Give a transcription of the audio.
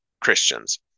Christians